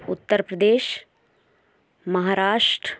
Uttar Pradesh Maharashtra